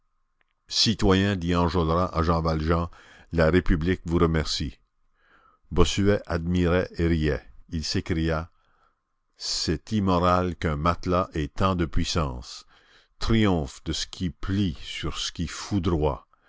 citoyen dit enjolras à jean valjean la république vous remercie bossuet admirait et riait il s'écria c'est immoral qu'un matelas ait tant de puissance triomphe de ce qui plie sur ce qui